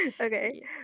Okay